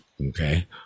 okay